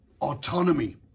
autonomy